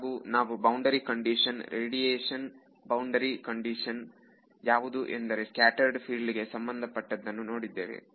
ಹಾಗೂ ನಾವು boundary condition radiation boundary condition ಯಾವುದು ಎಂದರೆ ಸ್ಕ್ಯಾಟರೆಡ್ ಫೀಲ್ಡಿಗೆ ಸಂಬಂಧಪಟ್ಟದನ್ನು ನೋಡಿದ್ದೇವೆ